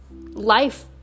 life